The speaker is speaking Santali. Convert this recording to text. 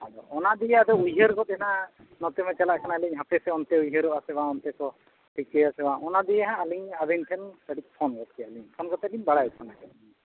ᱟᱪᱷᱟ ᱚᱱᱟ ᱫᱤᱜᱮ ᱟᱫᱚ ᱩᱭᱦᱟᱹᱨ ᱜᱚᱫ ᱮᱱᱟ ᱱᱚᱛᱮ ᱢᱟ ᱪᱟᱞᱟᱜ ᱠᱟᱱᱟᱞᱤᱧ ᱦᱟᱯᱮ ᱥᱮ ᱚᱱᱛᱮ ᱩᱭᱦᱟᱹᱨᱚᱜᱼᱟ ᱥᱮ ᱵᱟᱝ ᱚᱱᱛᱮ ᱠᱚ ᱴᱷᱤᱠᱟᱹ ᱭᱟᱥᱮ ᱵᱟᱝ ᱚᱱᱟ ᱫᱤᱭᱮ ᱦᱟᱸᱜ ᱟᱹᱞᱤᱧ ᱟᱹᱵᱤᱱ ᱠᱟᱹᱴᱤᱡ ᱯᱷᱳᱱ ᱜᱚᱫ ᱠᱮᱜᱼᱟ ᱞᱤᱧ ᱯᱷᱳᱱ ᱠᱟᱛᱮ ᱞᱤᱧ ᱵᱟᱲᱟᱭ ᱥᱟᱱᱟ ᱠᱮᱫ ᱞᱤᱧᱟ